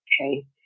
okay